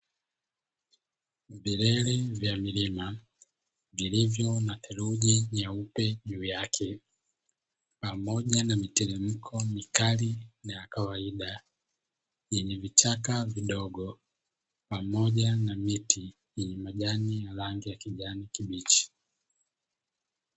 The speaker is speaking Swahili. Vilele vya milima, vilivyo na theluji nyeupe juu yake pamoja na miteremko mikali na ya kawaida, yenye vichaka vidogo pamoja na miti yenye majani ya rangi ya kijani kibichi.